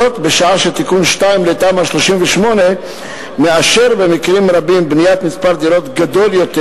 שעה שתיקון 2 לתמ"א 38 מאשר במקרים רבים בניית מספר דירות גדול יותר.